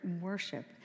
worship